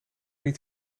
niet